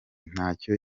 ntacyo